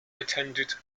attended